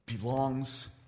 belongs